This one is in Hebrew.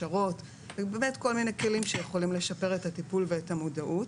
גם לגבי הכשרות וכל מיני כלים שיכולים לשפר את הטיפול ואת המודעות.